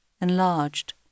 enlarged